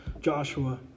Joshua